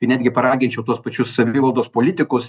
ir netgi paraginčiau tuos pačius savivaldos politikus